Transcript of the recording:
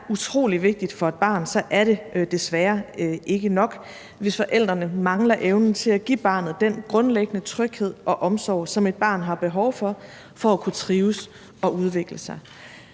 utrolig vigtigt for et barn, er det desværre ikke nok, hvis forældrene mangler evnen til at give barnet den grundlæggende tryghed og omsorg, som et barn har behov for for at kunne trives og udvikle sig.